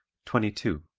twenty two.